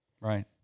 right